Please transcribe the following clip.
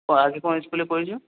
ও আগে কোন স্কুলে পড়েছো